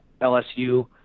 LSU